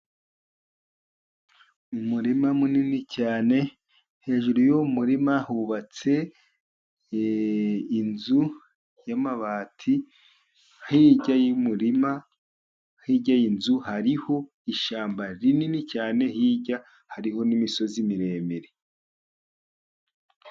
Umurima munini cyane, hejuru y'uwo murima hubatse inzu y'amabati. Hirya y'umurima, hirya y'inzu hariho ishyamba rinini cyane, hirya hariho n'imisozi miremire.